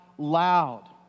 loud